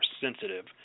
sensitive